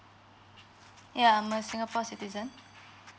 ya my singapore citizen